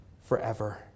forever